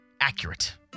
accurate